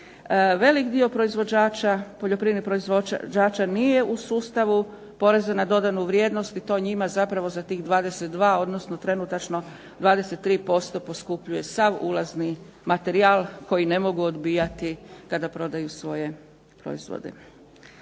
proizvođača poljoprivrednih proizvođača nije u sustavu poreza na dodanu vrijednost i to njima zapravo za tih 22, odnosno trenutačno 23% poskupljuje sav ulazni materijal koji ne mogu odbijati kada prodaju svoje proizvode.